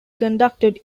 conducted